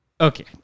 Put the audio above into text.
okay